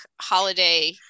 holiday